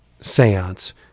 Seance